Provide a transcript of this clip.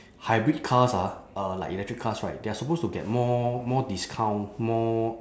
hybrid cars ah uh like electric cars right they are supposed to get more more discount more